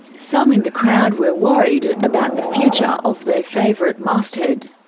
some in the crowd were worried about the future of their favourite masthead.